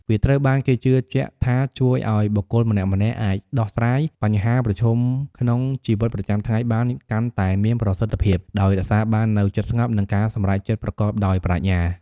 វាត្រូវបានគេជឿជាក់ថាជួយឲ្យបុគ្គលម្នាក់ៗអាចដោះស្រាយបញ្ហាប្រឈមក្នុងជីវិតប្រចាំថ្ងៃបានកាន់តែមានប្រសិទ្ធភាព ដោយរក្សាបាននូវចិត្តស្ងប់ និងការសម្រេចចិត្តប្រកបដោយប្រាជ្ញា។